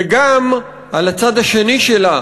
וגם על הצד השני שלה,